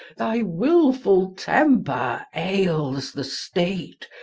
thy willful temper ails the state,